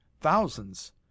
Thousands